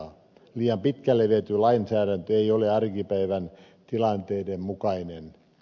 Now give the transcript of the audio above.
liian pitkälle viety lainsäädäntö ei ole arkipäivän tilanteiden mukainen